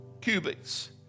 cubits